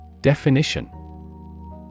Definition